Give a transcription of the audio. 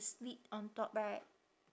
slit on top right